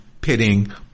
pitting